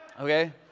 Okay